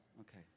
Okay